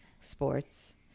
sports